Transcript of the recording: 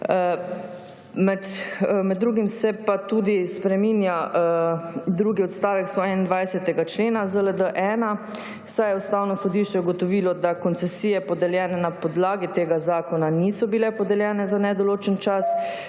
Med drugim se pa tudi spreminja drugi odstavek 121. člena ZLD-1, saj je Ustavno sodišče ugotovilo, da koncesije, podeljene na podlagi tega zakona, niso bile podeljene za nedoločen čas,